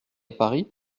paris